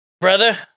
Brother